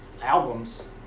albums